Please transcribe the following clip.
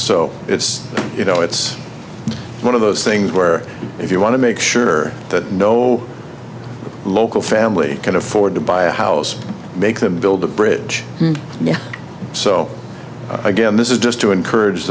so it's you know it's one of those things where if you want to make sure that no local family can afford to buy a house make them build a bridge now so again this is just to encourage